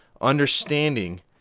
understanding